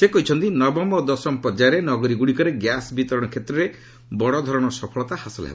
ସେ କହିଛନ୍ତି ନବମ ଓ ଦଶମ ପର୍ଯ୍ୟାୟରେ ନଗରୀ ଗୁଡ଼ିକରେ ଗ୍ୟାସ୍ ବିତରଣ କ୍ଷେତ୍ରରେ ବଡ଼ଧରଣର ସଫଳତା ହାସଲ ହେବ